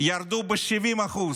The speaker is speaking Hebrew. ירדו ב-70%.